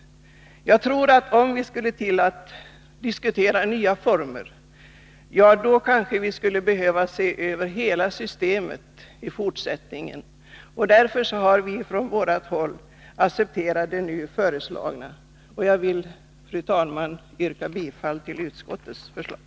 Jag tror att om vi skulle diskutera nya former, så behövde vi kanske se över hela systemet i fortsättningen. Därför har vi från vårt håll alltså accepterat den nu föreslagna ordningen. Jag vill, fru talman, yrka bifall till utskottets förslag.